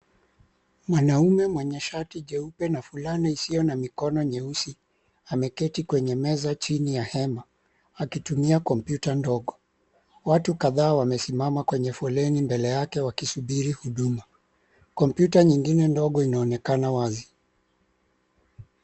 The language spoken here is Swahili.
Mwanaume mwenye shati jeupe na fulana isiyo na mikono nyeusi ameketi kwenye meza chini ya hema akitumia kompyuta ndogo. Watu kadhaa wamesimama kwenye foleni mbele yake wakisubiri huduma. Kompyuta ingine inaonekana ikiwa wazi